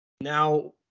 Now